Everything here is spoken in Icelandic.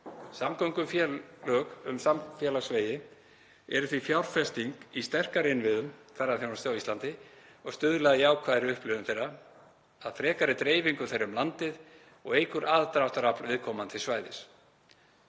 Samgöngufélög um samfélagsvegi eru því fjárfesting í sterkari innviðum ferðaþjónustu á Íslandi og stuðla að jákvæðri upplifun þeirra, að frekari dreifingu þeirra um landið og auka aðdráttarafl viðkomandi svæðis,